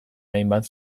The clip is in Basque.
hainbat